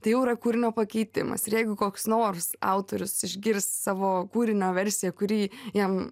tai jau yra kūrinio pakeitimas ir jeigu koks nors autorius išgirs savo kūrinio versiją kuri jam